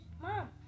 Mom